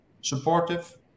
supportive